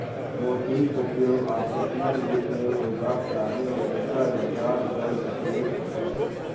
मोतीक उपयोग आभूषणक रूप मे होयबाक कारणेँ एकर बाजार बड़ पैघ छै